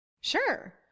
Sure